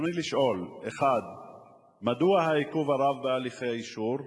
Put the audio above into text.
רצוני לשאול: 1. מדוע העיכוב הרב בהליכי האישור?